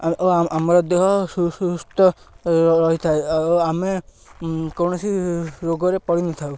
ଓ ଆମର ଦେହ ସୁସ୍ଥ ରହିଥାଏ ଆଉ ଆମେ କୌଣସି ରୋଗରେ ପଡ଼ିିନଥାଉ